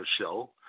show